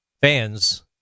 fans